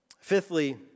Fifthly